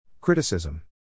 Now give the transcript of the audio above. Criticism